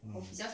mm